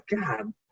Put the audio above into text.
God